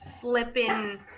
flipping